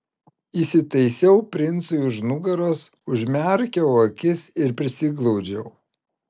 įsitaisiau princui už nugaros užmerkiau akis ir prisiglaudžiau